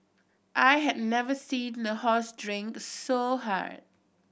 I had never seen a horse drink so hard